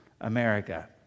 America